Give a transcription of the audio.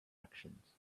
actions